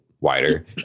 wider